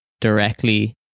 directly